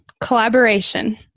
collaboration